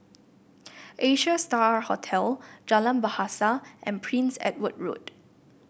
Asia Star Hotel Jalan Bahasa and Prince Edward Road